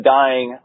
dying